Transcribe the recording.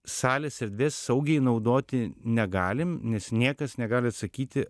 salės erdvės saugiai naudoti negalim nes niekas negali atsakyti